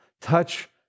Touch